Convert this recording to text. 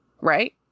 right